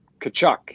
Kachuk